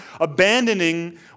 abandoning